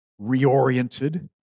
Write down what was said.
reoriented